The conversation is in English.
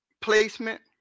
placement